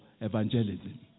evangelism